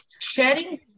sharing